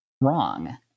wrong